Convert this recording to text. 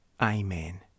Amen